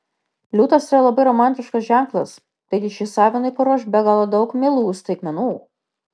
liūtas yra labai romantiškas ženklas taigi šis avinui paruoš be galo daug mielų staigmenų